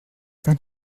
dann